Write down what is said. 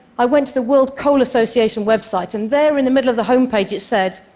i went to the world coal association website, and there in the middle of the homepage, it said,